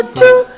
two